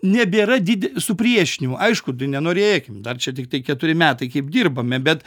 nebėra did supriešinimo aišku tai nenorėkim dar čia tiktai keturi metai kaip dirbame bet